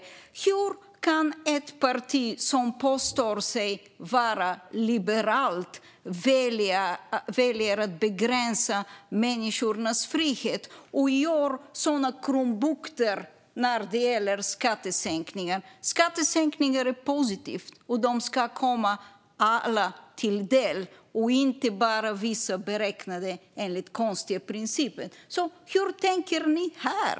Hur kan ett parti som påstår sig vara liberalt välja att begränsa människors frihet och göra sådana krumbukter när det gäller skattesänkningar? Skattesänkningar är positiva, och de ska komma alla till del och inte bara vissa enligt konstigt beräknade principer. Hur tänker ni här?